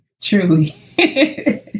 Truly